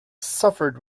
suffered